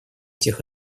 тех